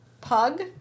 pug